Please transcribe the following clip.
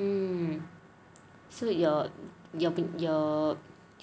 hmm so you're you're you're